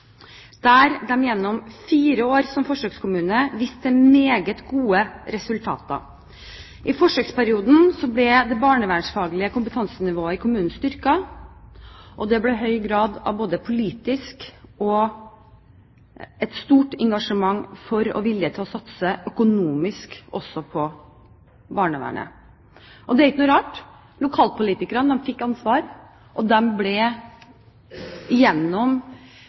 der de gjennom fire år som forsøkskommune viste til meget gode resultater. I forsøksperioden ble det barnevernsfaglige kompetansenivået i kommunen styrket, og det ble høy grad av både stort politisk engasjement for og vilje til å satse økonomisk på barnevernet. Det er ikke noe rart. Lokalpolitikerne fikk ansvar, og de ble gjennom